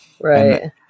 Right